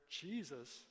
Jesus